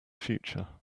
future